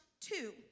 two